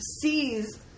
sees